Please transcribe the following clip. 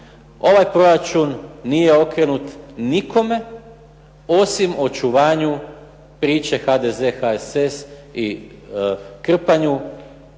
Ovaj proračun nije okrenut nikome, osim očuvanju priče HDZ, HSS i krpanju